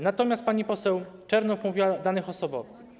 Natomiast pani poseł Czernow mówiła o danych osobowych.